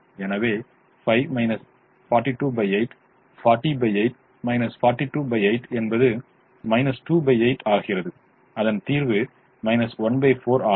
எனவே 5 428 408 428 என்பது 28 ஆகிறது அதன் தீர்வு 1 4 ஆகும்